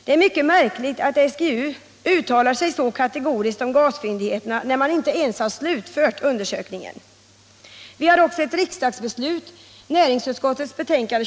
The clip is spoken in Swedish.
Det är mycket märkligt att SGU uttalar sig så kategoriskt om gasfyndigheterna när man inte ens har slutfört undersökningen.